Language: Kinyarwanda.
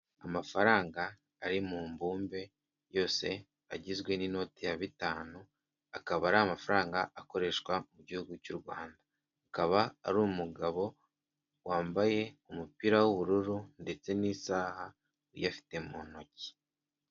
Amafaranga ari mu mbumbe yose agizwe n'inoti ya bitanu, akaba ari amafaranga akoreshwa mu gihugu cy'u Rwanda; akaba ari umugabo wambaye umupira w'ubururu ndetse n'isaha uyafite mu ntoki.